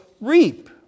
reap